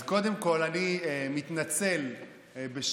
אז קודם כול, אני מתנצל בשם